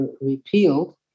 repealed